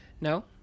No